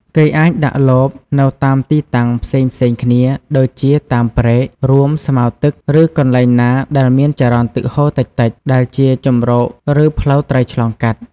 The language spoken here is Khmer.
គេអាចដាក់លបនៅតាមទីតាំងផ្សេងៗគ្នាដូចជាតាមព្រែក រួមស្មៅទឹក ឬកន្លែងណាដែលមានចរន្តទឹកហូរតិចៗដែលជាទីជម្រកឬផ្លូវត្រីឆ្លងកាត់។